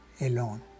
alone